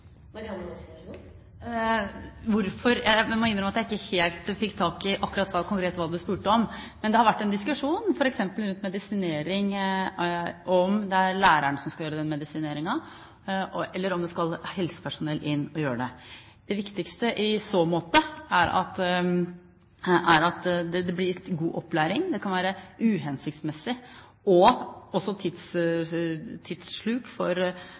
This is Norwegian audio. må innrømme at jeg ikke helt fikk tak i akkurat konkret hva det ble spurt om. Men det har vært en diskusjon, f.eks. rundt medisinering, om det er læreren som skal gjøre den medisineringen, eller om det skal helsepersonell inn og gjøre det. Det viktigste i så måte er at det blir gitt god opplæring. Det kan være uhensiktsmessig og også et tidssluk for